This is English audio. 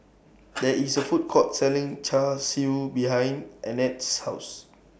There IS A Food Court Selling Char Siu behind Arnett's House